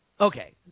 Okay